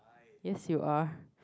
yes you are